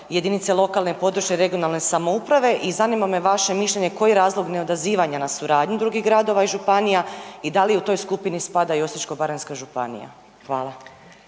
jedinice lokalne i područne (regionalne) samouprave i zanima me vaše mišljenje koji je razlog neodazivanja na suradnju drugih gradova i županija i da li u toj skupini spada i Osječko-baranjska županija? Hvala.